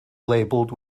labelled